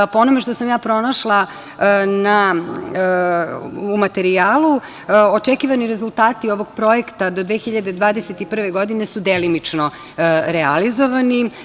Po onome što sam pronašla u materijalu, očekivani rezultati ovog projekta do 2021. godine su delimično realizovani.